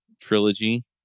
trilogy